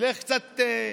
שילך קצת.